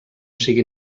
sigui